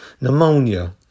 Pneumonia